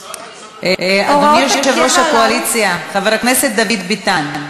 אדוני יושב-ראש הקואליציה חבר הכנסת דוד ביטן.